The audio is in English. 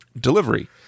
delivery